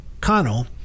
Connell